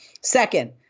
Second